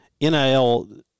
NIL